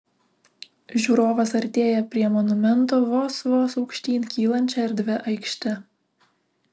žiūrovas artėja prie monumento vos vos aukštyn kylančia erdvia aikšte